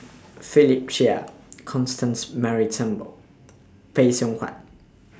Philip Chia Constance Mary Turnbull Phay Seng Whatt